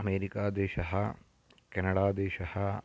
अमेरिकादेशः केनडादेशः